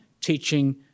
teaching